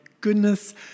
goodness